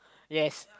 yes